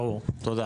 ברור, תודה.